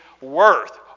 worth